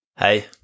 Hey